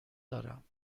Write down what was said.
دارم